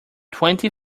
twenty